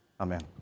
Amen